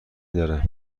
داره